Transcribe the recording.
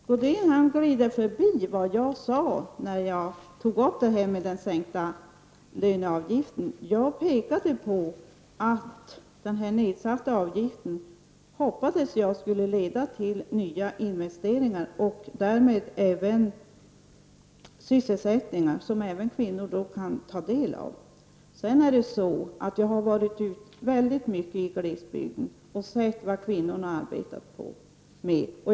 Herr talman! Sigge Godin går förbi vad jag sa när jag tog upp sänkta löneavgifter. Jag hoppades att den sänkta avgiften skulle leda till nya investeringar och därmed även sysselsättning som kvinnor kan ta del av. Jag har varit ute mycket i glesbygden och sett vad kvinnor arbetar med.